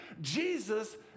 Jesus